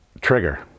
Trigger